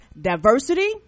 diversity